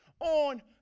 on